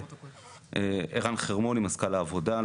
ערן חרמוני מזכ"ל העבודה.